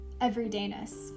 everydayness